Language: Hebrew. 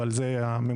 אבל זה הממוצע.